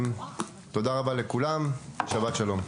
תודה רבה לכולם, הישיבה נעולה.